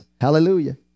Hallelujah